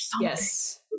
yes